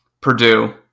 Purdue